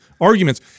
arguments